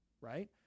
right